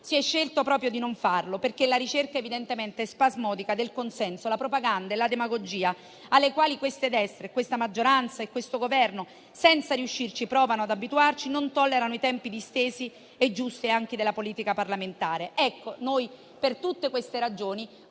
Si è scelto proprio di non farlo, perché evidentemente la ricerca spasmodica del consenso, la propaganda e la demagogia alle quali queste destre, questa maggioranza e questo Governo, senza riuscirci, provano ad abituarci, non tollerano i tempi distesi e giusti della politica parlamentare. Per tutte queste ragioni,